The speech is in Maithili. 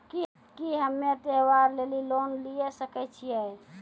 की हम्मय त्योहार लेली लोन लिये सकय छियै?